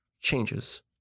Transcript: changes